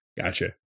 Gotcha